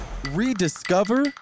rediscover